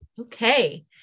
Okay